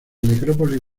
necrópolis